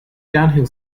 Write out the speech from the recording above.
downhill